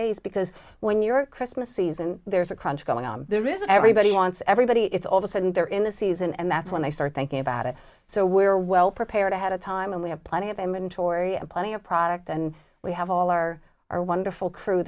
days because when your christmas season there's a crunch going on there isn't everybody wants everybody it's all of a sudden they're in the season and that's when they start thinking about it so we're well prepared ahead of time and we have plenty of them in toria plenty of product and we have all our our wonderful crew